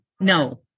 no